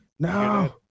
No